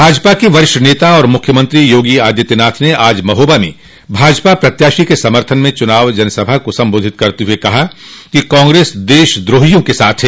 भाजपा के वरिष्ठ नेता और मुख्यमंत्री योगी आदित्यनाथ ने आज महोबा में भाजपा प्रत्याशी के समर्थन में चुनावी जनसभा को संबोधित करते हुए कहा कि कांग्रेस देश द्रोहियों के साथ है